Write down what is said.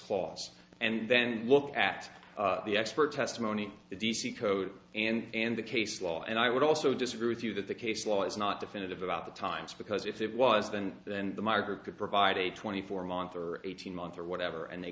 clause and then look at the expert testimony the d c code and the case law and i would also disagree with you that the case law is not definitive about the times because if it was then then the marker could provide a twenty four month or eighteen month or whatever and they